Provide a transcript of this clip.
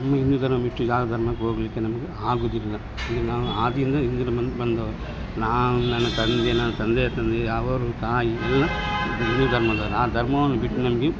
ನಮ್ಮ ಹಿಂದೂ ಧರ್ಮ ಬಿಟ್ಟು ಯಾವ ಧರ್ಮಕ್ಕೂ ಹೋಗಲಿಕ್ಕೆ ನಮಗೆ ಆಗುವುದಿಲ್ಲ ಈಗ ನಾವು ಆದಿಯಿಂದ ಹಿಂದೂ ಧರ್ಮದಿಂದ ಬಂದವರು ನಾನು ನನ್ನ ತಂದೆ ನನ್ನ ತಂದೆಯ ತಂದೆ ಅವರು ತಾಯಿ ಎಲ್ಲಾ ಹಿಂದೂ ಧರ್ಮದವರು ಆ ಧರ್ಮವನ್ನು ಬಿಟ್ಟು ನಮಗೆ